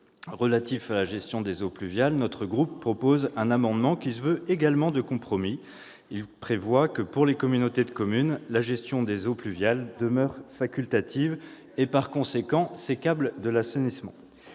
relatif à la gestion des eaux pluviales, mon groupe propose un amendement qui se veut également de compromis : il tend à ce que, pour les communautés de communes, la gestion des eaux pluviales demeure facultative, et, par conséquent, sécable de l'assainissement.